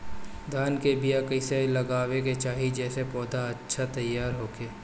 धान के बीया कइसे लगावे के चाही जेसे पौधा अच्छा तैयार होखे?